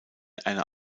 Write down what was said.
einer